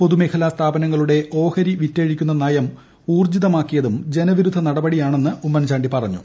പൊതുമേഖലാ സ്ഥാപനങ്ങളുടെ ഓഹരി വിറ്റഴിക്കുന്ന നയം ഊർജ്ജിതമാക്കിയതും ജനവിരുദ്ധ നടപടിയാണെന്ന് ഉമ്മൻചാണ്ടി പറഞ്ഞു